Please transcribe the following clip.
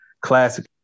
Classic